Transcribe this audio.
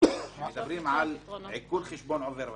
מדברים על עיקול חשבון עובר ושב.